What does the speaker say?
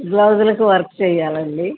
బ్లౌజులుకి work చెయ్యాలండి